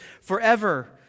forever